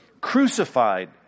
crucified